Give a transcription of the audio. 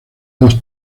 dos